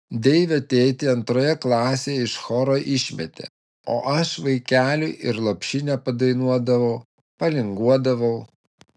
deivio tėtį antroje klasėje iš choro išmetė o aš vaikeliui ir lopšinę padainuodavau palinguodavau